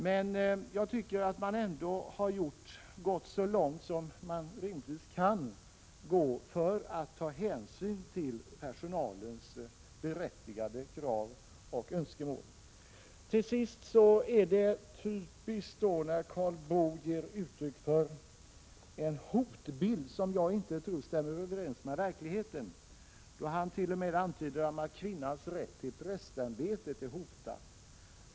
Men jag tycker att man ändå gått så långt som det rimligtvis är möjligt för att ta hänsyn till personalens berättigade krav och önskemål. Det är typiskt när Karl Boo målar upp en hotbild, som jag inte tror stämmer överens med verkligheten. Han antyder t.o.m. att kvinnans rätt till prästämbetet är hotad.